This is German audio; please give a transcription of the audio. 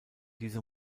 diese